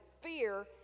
fear